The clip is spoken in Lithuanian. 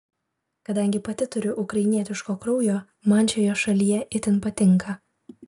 kadangi pati turiu ukrainietiško kraujo man šioje šalyje itin patinka